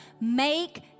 make